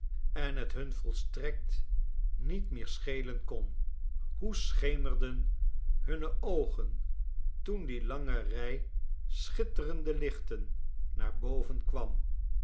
en het hun volstrekt niet meer schelen kon hoe schemerden hunne oogen toen die lange rij schitterende lichten naar boven kwam